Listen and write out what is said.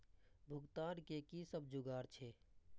भुगतान के कि सब जुगार छे?